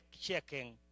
checking